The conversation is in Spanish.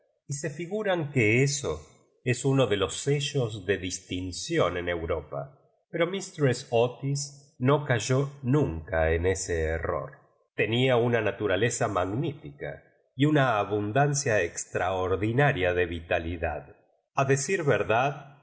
y se figuran que eso es uno de los sellos de distinción en europa pero mi stress otis no cayó nunca en ese error tenía una naturaleza magnífica y una abundancia extraordinaria de vitalidad a decir verdad